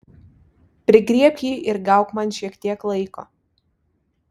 prigriebk jį ir gauk man šiek tiek laiko